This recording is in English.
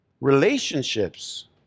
Relationships